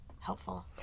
helpful